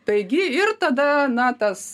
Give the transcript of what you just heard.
taigi ir tada na tas